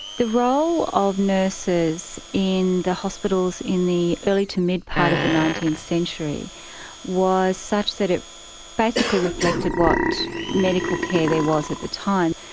the role of nurses in the hospitals in the early to mid part of the nineteenth century was such that it basically reflected what medical care there was at the time.